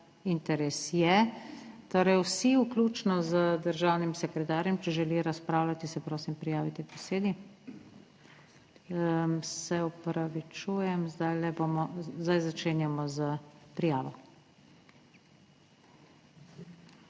interes je. Torej vsi vključno z državnim sekretarjem, če želite razpravljati, se prosim prijavite k besedi. Se opravičujem, zdajle bomo… Začenjamo s prijavo.